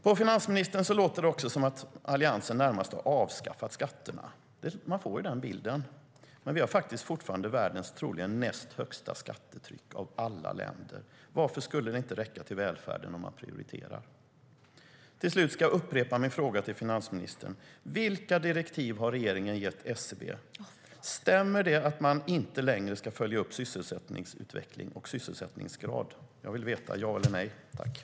Till slut ska jag upprepa min fråga till finansministern. Vilka direktiv har regeringen gett SCB? Stämmer det att man inte längre ska följa upp sysselsättningsutveckling och sysselsättningsgrad? Jag vill ha ett ja eller nej på den frågan.